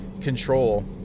control